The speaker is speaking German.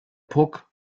puck